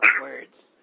words